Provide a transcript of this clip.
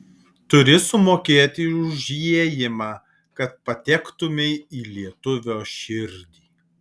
turi sumokėti už įėjimą kad patektumei į lietuvio širdį